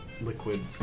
liquid